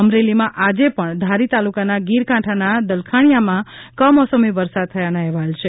અમરેલીમાં આજે પણ ધારી તાલુકાના ગીરકાંઠાના દલખાણિયામાં કમોસમી વરસાદ થવાના અહેવાલ છે